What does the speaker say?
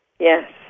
Yes